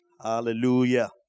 Hallelujah